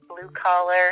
blue-collar